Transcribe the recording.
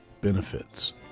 benefits